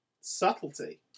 subtlety